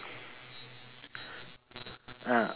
ah